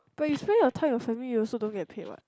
but you spend your time with family you also don't get paid what